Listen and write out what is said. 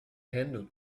handled